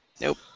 Nope